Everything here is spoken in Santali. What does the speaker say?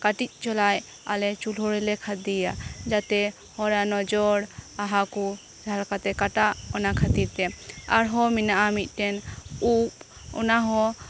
ᱠᱟᱴᱤᱡ ᱪᱚᱞᱚᱝ ᱟᱞᱮ ᱪᱩᱞᱦᱟᱹ ᱨᱮᱞᱮ ᱠᱷᱟᱫᱽᱞᱮᱭᱟ ᱡᱟᱛᱮ ᱦᱚᱲᱟᱜ ᱱᱚᱡᱚᱨ ᱟᱦᱟ ᱠᱚ ᱡᱟᱦᱟᱸᱞᱮᱠᱟ ᱛᱮ ᱠᱟᱴᱟᱜ ᱚᱱᱟ ᱠᱷᱟᱹᱛᱤᱨ ᱛᱮ ᱟᱨ ᱦᱚᱸ ᱢᱮᱱᱟᱜᱼᱟ ᱢᱤᱫᱴᱮᱝ ᱳᱫᱽ ᱚᱱᱟ ᱦᱚᱸ